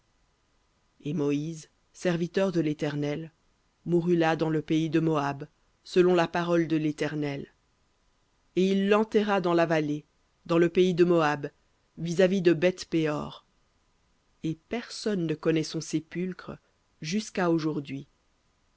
et moïse serviteur de l'éternel mourut là dans le pays de moab selon la parole de léternel et il l'enterra dans la vallée dans le pays de moab vis-à-vis de beth péor et personne ne connaît son sépulcre jusqu'à aujourd'hui